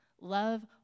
Love